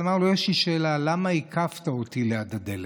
אבל אמר לו: למה עיכבת אותי ליד הדלת?